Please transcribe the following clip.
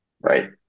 right